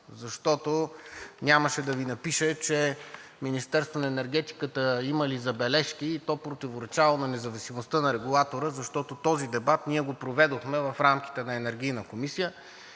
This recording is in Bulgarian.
защото нямаше да Ви напише, че Министерството на енергетиката имали забележки и то противоречало на независимостта на Регулатора. Този дебат ние го проведохме в рамките на Енергийната комисия